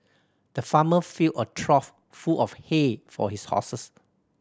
the farmer filled a trough full of hay for his horses